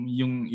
yung